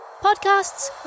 podcasts